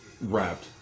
wrapped